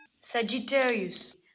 Sagittarius